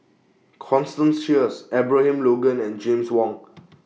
Constance Sheares Abraham Logan and James Wong